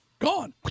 Gone